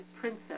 Princess